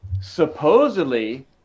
supposedly